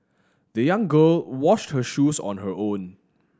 the young girl washed her shoes on her own